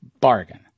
Bargain